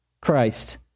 Christ